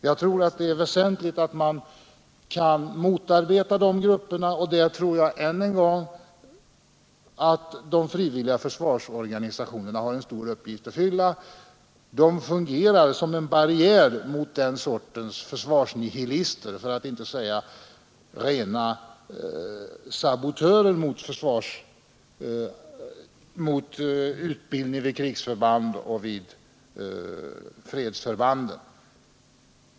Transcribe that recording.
Jag tror det är väsentligt att man kan motarbeta de grupperna, och jag vill än en gång säga att jag tror att de frivilliga försvarsorganisationerna har en stor uppgift att fylla därvidlag. De fungerar som en barriär mot den sortens försvarsnihilister — för att inte säga rena sabotörer av utbildningen vid krigsoch fredsförband.